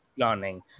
learning